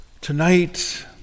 tonight